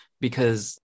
because-